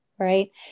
Right